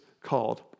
called